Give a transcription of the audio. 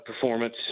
performance